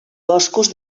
boscos